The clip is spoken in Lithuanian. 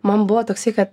man buvo toksai kad